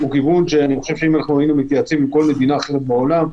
כזה שאם היינו מתייעצים עם כל מדינה אחרת בעולם,